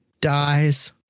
dies